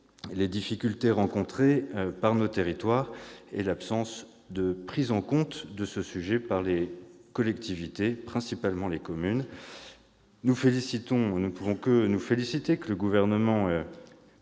les difficultés rencontrées par nos territoires, notamment l'absence de prise en compte de ce sujet par les collectivités, principalement les communes. Nous ne pouvons que nous féliciter que le Gouvernement